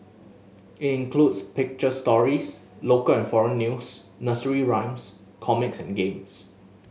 it includes picture stories local and foreign news nursery rhymes comics and games